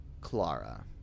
Clara